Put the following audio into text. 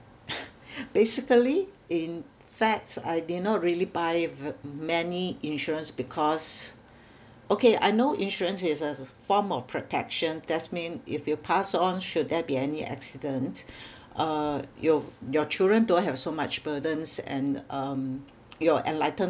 basically in fact I did not really buy v~ many insurance because okay I know insurance is is a form of protection that's mean if you pass on should there be any accident uh your your children don't have so much burdens and um it will enlighten